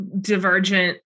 divergent